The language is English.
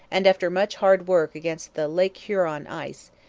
and after much hard work against the lake huron ice,